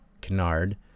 canard